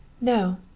No